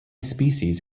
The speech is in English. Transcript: species